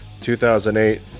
2008